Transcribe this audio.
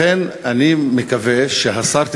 לכן אני מקווה שהשר,